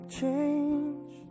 change